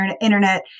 internet